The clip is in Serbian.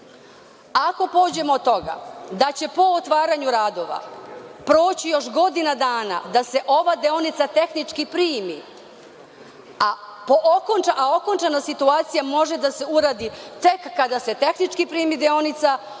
Ako pođemo od toga da će po otvaranju radova proći još godina dana da se ova deonica tehnički primi, a okončana situacija može da se uradi tek kada se tehnički primi deonica,